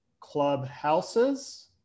clubhouses